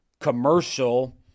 commercial